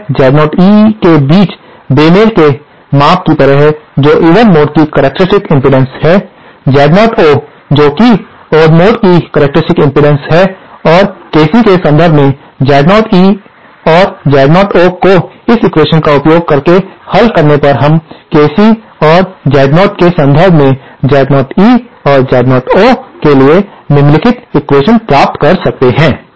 यह Z0 E के बीच बेमेल के माप की तरह है जो इवन मोड की करक्टेरिस्टिक्स इम्पीडेन्स है Z0 O जो की ओड मोड की करक्टेरिस्टिक्स इम्पीडेन्स है और KC के संदर्भ में Z0 E और Z0 O को इस एक्वेशन्स का उपयोग करके हल करने पर हम KC और Z0 के संदर्भ में Z0 E और Z0 O के लिए निम्नलिखित एक्वेशन्स प्राप्त कर सकते हैं